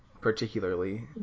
particularly